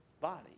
body